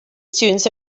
students